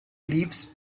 leaves